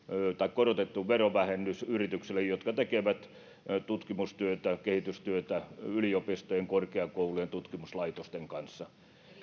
korotettu verovähennys yrityksille jotka tekevät tutkimustyötä ja kehitystyötä yliopistojen korkeakoulujen ja tutkimuslaitosten kanssa